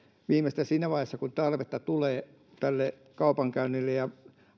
viimeistään siinä vaiheessa kun tarvetta tulee kaupankäynnille ja